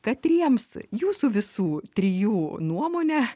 katriems jūsų visų trijų nuomone